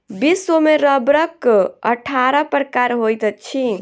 विश्व में रबड़क अट्ठारह प्रकार होइत अछि